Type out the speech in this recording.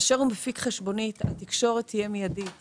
כאשר הוא מפיק חשבונית, התקשורת תהיה מיידית